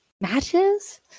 matches